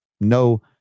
No